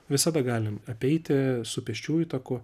visada galim apeiti su pėsčiųjų taku